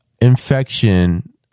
infection